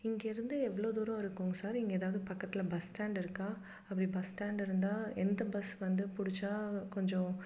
இங்கேயிருந்து எவ்வளோ தூரம் இருக்குதுங்க சார் இங்கே ஏதாவது பக்கத்தில் பஸ் ஸ்டாண்ட் இருக்கா அப்படி பஸ் ஸ்டாண்ட் இருந்தால் எந்த பஸ் வந்து பிடிச்சா கொஞ்சம்